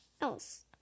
else